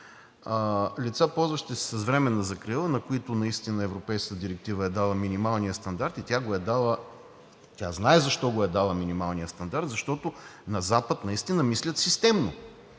лица, ползващи се с временна закрила, на които наистина европейската директива е дала минималния стандарт, и тя знае защо е дала минималния стандарт – защото на запад наистина мислят системно,